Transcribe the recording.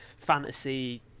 fantasy